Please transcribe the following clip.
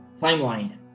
timeline